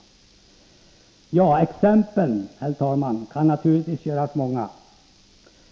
Exemplen kan naturligtvis mångfaldigas.